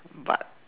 but